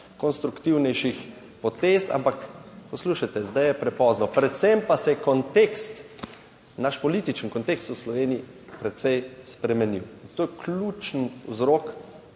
konstruktivnejših potez, ampak poslušajte, zdaj je prepozno. Predvsem, pa se je kontekst, naš političen kontekst v Sloveniji precej spremenil. In to je ključen vzrok